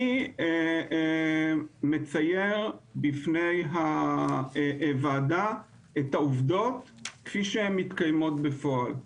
אני מצייר בפני הוועדה את העובדות כפי שהם מתקיימות בפועל.